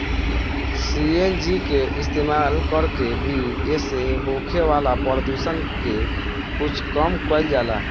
CNG के इस्तमाल कर के भी एसे होखे वाला प्रदुषण के कुछ कम कईल जाला